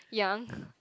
young